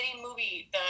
movie